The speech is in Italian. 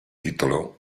titolo